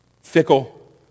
fickle